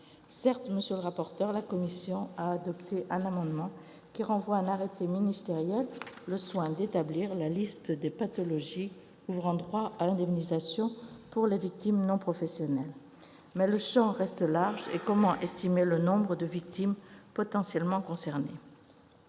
Certes, monsieur le rapporteur, la commission a adopté un amendement qui visait à renvoyer à un arrêté ministériel le soin d'établir la liste des pathologies ouvrant droit à indemnisation pour les victimes non professionnelles. Mais le champ reste large. Comment estimer le nombre de victimes potentiellement concernées ?